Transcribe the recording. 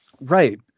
Right